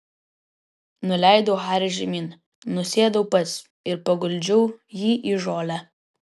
nuleidau harį žemyn nusėdau pats ir paguldžiau jį į žolę